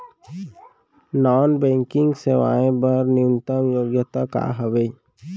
Non banking सेवाएं बर न्यूनतम योग्यता का हावे?